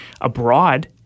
abroad